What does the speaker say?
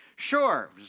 Sure